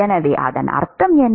எனவே அதன் அர்த்தம் என்ன